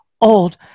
old